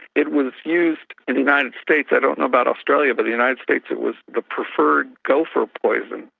it was used in the united states, i don't know about australia, but the united states it was the preferred gopher poison.